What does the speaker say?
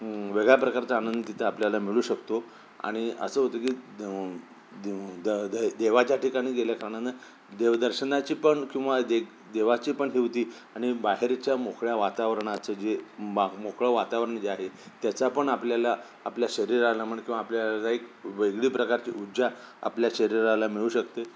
वेगळ्या प्रकारचा आनंद तिथं आपल्याला मिळू शकतो आणि असं होतं की दे द देवाच्या ठिकाणी गेल्या कारणानं देवदर्शनाची पण किंवा दे देवाची पण ही होती आणि बाहेरच्या मोकळ्या वातावरणाचं जे मा मोकळं वातावरण जे आहे त्याचा पण आपल्याला आपल्या शरीराला म्हण किंवा आपल्याला एक वेगळी प्रकारची ऊर्जा आपल्या शरीराला मिळू शकते